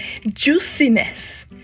juiciness